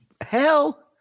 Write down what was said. hell